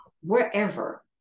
wherever